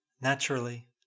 Naturally